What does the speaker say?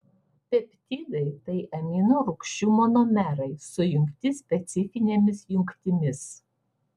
peptidai tai amino rūgčių monomerai sujungti specifinėmis jungtimis